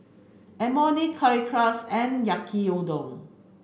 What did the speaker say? Imoni Currywurst and Yaki Udon